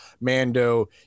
Mando